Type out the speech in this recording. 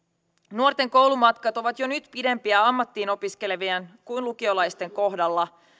nuorten koulumatkat ovat jo nyt pidempiä ammattiin opiskelevien kuin lukiolaisten kohdalla